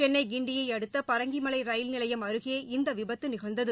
சென்னை கிண்டியை அடுத்த பரங்கிமலை ரயில் நிலையம் அருகே இந்த விபத்து நிகழ்ந்தது